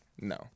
No